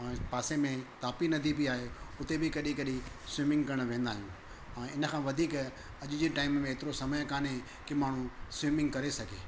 पा पासे में तापी नदी बि आहे हुते बि कॾहिं कॾहिं स्विमिंग करणु वेंदा आहियूं ऐं इन खां वधीक अॼु जे टाइम में एतिरो समय कान्हे की माण्हू स्विमिंग करे सघे